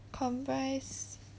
comprise